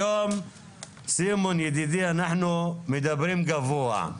היום סימון ידידי אנחנו מדברים גבוה.